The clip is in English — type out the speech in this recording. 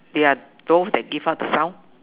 they are those that give out the sound